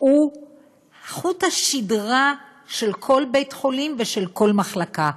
שהוא חוט השדרה של כל בית-חולים ושל כל מחלקה,